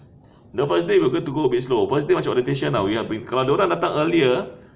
the first day we are going to go a bit slow first day macam orientation ah we are kalau dia orang datang earlier